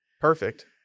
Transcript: Perfect